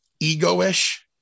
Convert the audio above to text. Ego-ish